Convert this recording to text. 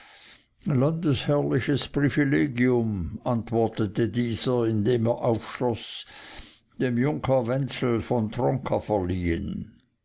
landesherrliches privilegium antwortete dieser indem er aufschloß dem junker wenzel von tronka verliehen